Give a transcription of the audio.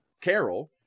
Carol